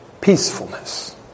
peacefulness